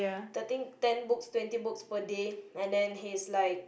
thirteen ten books twenty books per day and he's like